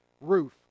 roof